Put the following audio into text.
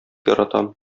яратам